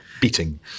beating